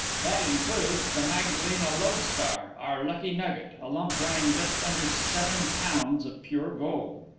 that includes the magdalena lodestar, our lucky nugget, a lump weighing just under seven pounds of pure gold.